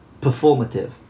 performative